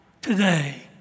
today